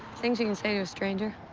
things you can say to a stranger.